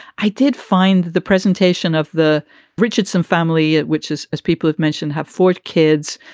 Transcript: i did find the presentation of the richardson family, which is, as people have mentioned, have fourth kids.